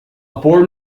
board